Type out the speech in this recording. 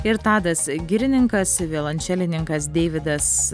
ir tadas girininkas violončelininkas deividas